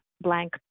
blank